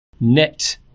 net